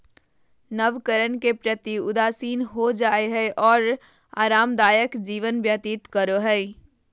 नवकरण के प्रति उदासीन हो जाय हइ और आरामदायक जीवन व्यतीत करो हइ